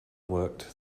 worked